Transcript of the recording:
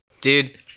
Dude